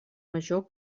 major